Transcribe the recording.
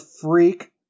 freak